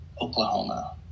Oklahoma